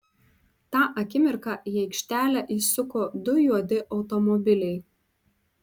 tą akimirką į aikštelę įsuko du juodi automobiliai